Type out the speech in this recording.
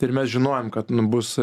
ir mes žinojom kad nu bus